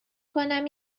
کنم